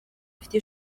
ifite